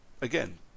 again